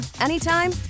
anytime